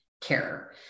care